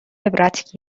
عبرت